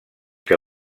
que